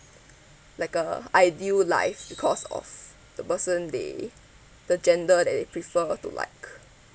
like a ideal life because of the person they the gender that they prefer to like